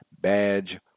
Badge